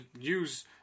use